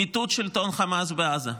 מיטוט שלטון החמאס בעזה.